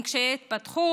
עם קשיי התפתחות,